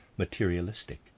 Materialistic